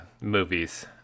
movies